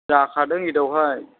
जाखादों इदाबेवहाय